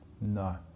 No